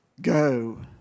Go